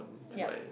yep